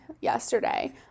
yesterday